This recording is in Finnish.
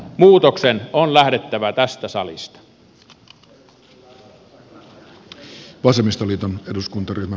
muutoksen on lähdettävä tästä salista